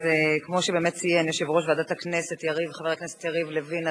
אז כמו שבאמת ציין יושב-ראש ועדת הכנסת חבר הכנסת יריב לוין,